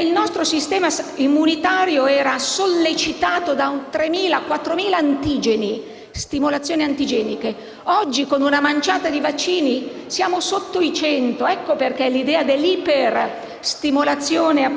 il nostro sistema immunitario era sollecitato da 3.000-4.000 antigeni (stimolazioni antigieniche), mentre oggi, con una manciata di vaccini, siamo sotto i 100. Per questo l'idea dell'iperstimolazione